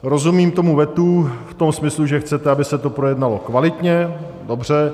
Rozumím tomu vetu v tom smyslu, že chcete, aby se to projednalo kvalitně, dobře.